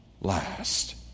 last